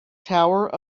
tower